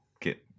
get